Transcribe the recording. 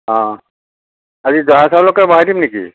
অ' আজি জহা চাউলকে বহাই দিম নেকি